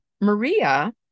Maria